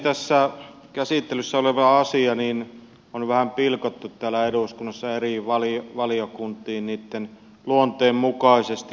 tässä käsittelyssä oleva asia on vähän pilkottu täällä eduskunnassa eri valiokuntiin niitten luonteen mukaisesti